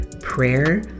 prayer